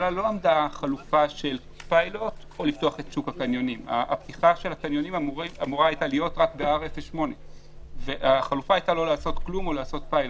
0.8. החלופה הייתה בין לא לעשות כלום לבין לעשות פיילוט.